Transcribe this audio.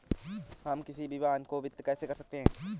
हम किसी भी वाहन को वित्त कैसे कर सकते हैं?